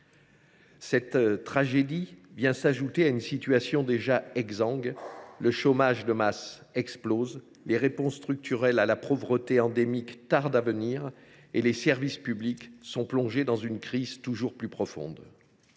Cette tragédie vient aggraver la situation d’un territoire déjà exsangue : le chômage de masse explose, les réponses structurelles à la pauvreté endémique tardent à venir et les services publics sont plongés dans une crise toujours plus profonde,